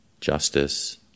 justice